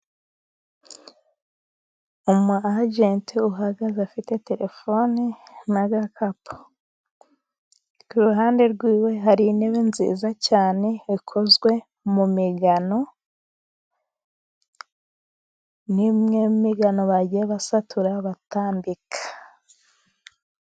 Umu Ajenti uhagaze afite telefoni n'agakapu. Ku ruhande rw'iwe hari intebe nziza cyane bikozwe mu migano. Ni imwe mu migano bagiye basatura batambika.